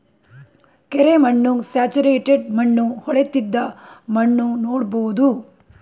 ಕೆರೆ ಮಣ್ಣು, ಸ್ಯಾಚುರೇಟೆಡ್ ಮಣ್ಣು, ಹೊಳೆತ್ತಿದ ಮಣ್ಣು ನೋಡ್ಬೋದು